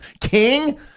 king